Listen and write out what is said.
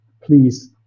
Please